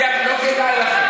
אני אראה לכם.